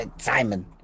Simon